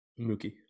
Mookie